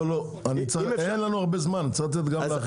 אין לנו הרבה זמן, צריך לתת גם לאחרים.